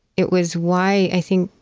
it was why, i think,